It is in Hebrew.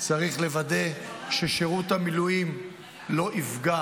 צריך לוודא ששירות המילואים לא יפגע